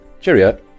cheerio